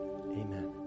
Amen